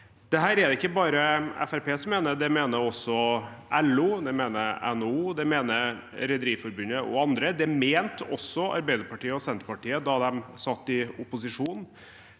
Dette er det ikke bare Fremskrittspartiet som mener. Det mener også LO. Det mener NHO, Rederiforbundet og andre. Det mente også Arbeiderpartiet og Senterpartiet da de satt i opposisjon,